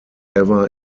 ever